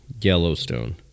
Yellowstone